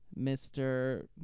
Mr